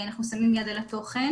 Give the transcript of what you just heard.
אנחנו שמים יד על התוכן.